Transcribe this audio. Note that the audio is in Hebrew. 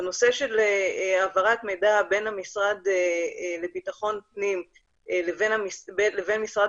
בנושא של העברת מידע בין המשרד לבטחון פנים לבין משרד